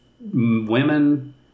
women